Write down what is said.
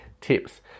tips